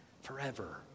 forever